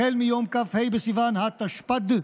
החל מיום כ"ה בסיוון התשפ"ד,